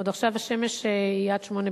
עוד עכשיו השמש היא עד 20:00,